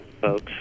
folks